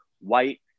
white